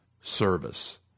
service